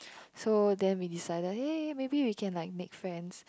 so then we decided hey maybe we can like make friends